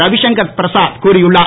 ரவிஷங்கர் பிரசாத் கூறியுள்ளார்